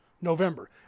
November